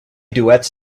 duets